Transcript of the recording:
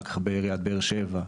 אחר-כך בעיריית באר-שבע,